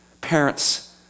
Parents